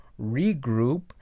regroup